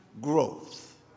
growth